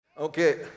Okay